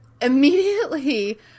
immediately